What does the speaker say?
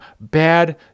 bad